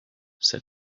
said